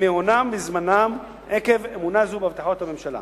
מהונם ומזמנם עקב אמונה זו בהבטחות הממשלה.